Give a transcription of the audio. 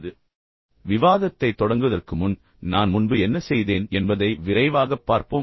எனவே நாம் உண்மையில் விவாதத்தைத் தொடங்குவதற்கு முன் நான் முன்பு என்ன செய்தேன் என்பதை விரைவாகப் பார்ப்போம்